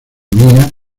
mía